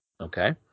Okay